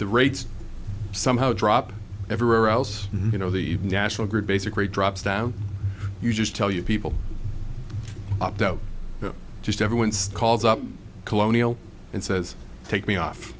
the rates somehow drop everywhere else you know the national grid basic rate drops down you just tell you people opt out just ever once calls up colonial and says take me off